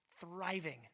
thriving